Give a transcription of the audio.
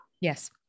Yes